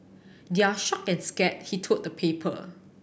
they're shocked and scared he told the paper